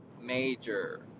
major